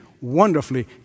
wonderfully